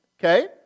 Okay